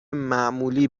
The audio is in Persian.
معمولی